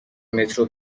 مترو